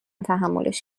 تحملش